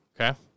Okay